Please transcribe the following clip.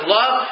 love